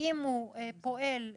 אם הוא פועל לתקן,